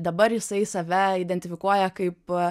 dabar jisai save identifikuoja kaip